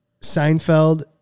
Seinfeld